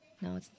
No